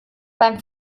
beim